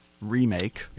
remake